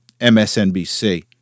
MSNBC